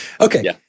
okay